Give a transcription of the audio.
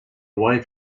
away